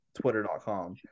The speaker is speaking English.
Twitter.com